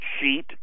sheet